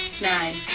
nine